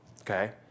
Okay